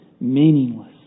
meaningless